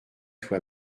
toi